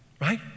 Right